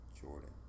Jordan